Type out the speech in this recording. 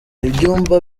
ibyumba